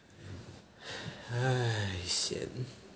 !hais! sian